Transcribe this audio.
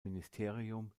ministerium